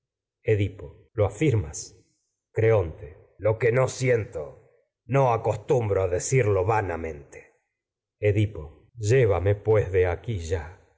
lo afirmas que no creonte lo vanamente siento no acostumbro a decirlo edipo llévame pues pues de aquí